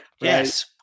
Yes